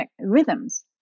rhythms